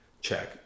check